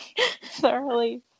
thoroughly